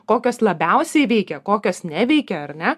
kokias labiausiai veikia kokios neveikia ar ne